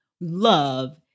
love